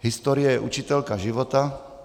Historie je učitelka život.